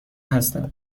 هستم